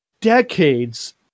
Decades